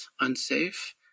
unsafe